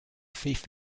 thief